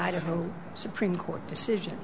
idaho supreme court decision